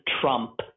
Trump